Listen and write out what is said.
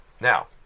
now